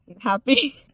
happy